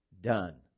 done